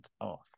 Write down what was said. off